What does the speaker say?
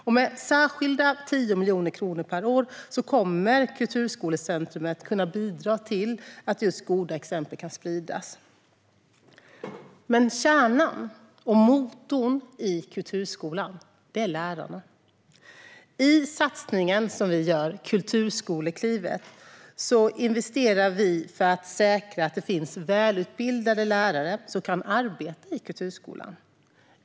Med tio särskilda miljoner kronor per år kommer kulturskolecentrumet att kunna bidra just till att goda exempel kan spridas. Kärnan och motorn i kulturskolan är dock lärarna. I den satsning vi gör, Kulturskoleklivet, investerar vi för att säkra att det finns välutbildade lärare som kan arbeta i kulturskolan.